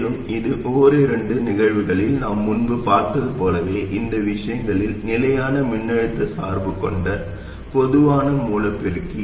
மேலும் இது ஒன்றிரண்டு நிகழ்வுகளில் நாம் முன்பு பார்த்தது போலவே இந்த விஷயங்களில் நிலையான மின்னழுத்த சார்பு கொண்ட பொதுவான மூல பெருக்கி